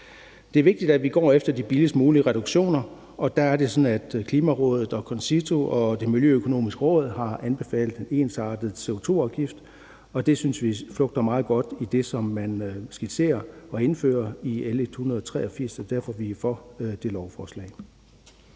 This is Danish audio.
Det er vigtigt, at vi går efter de billigst mulige reduktioner, og der er det sådan, at Klimarådet, CONCITO og Det Miljøøkonomiske Råd har anbefalet en ensartet CO2-afgift, og det synes vi flugter meget godt med det, som man skitserer og indfører i L 183. Det er derfor, vi er for det lovforslag.